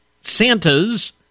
Santas